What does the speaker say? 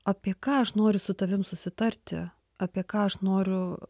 apie ką aš noriu su tavim susitarti apie ką aš noriu